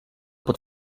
pot